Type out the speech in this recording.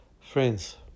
Friends